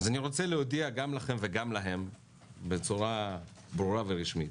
אז אני רוצה להודיע לכם וגם להם בצורה ברורה ורשמית: